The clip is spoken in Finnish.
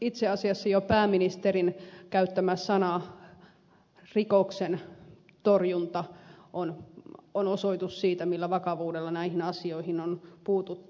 itse asiassa jo pääministerin käyttämä sana rikoksentorjunta on osoitus siitä millä vakavuudella näihin asioihin on puututtu